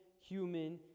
human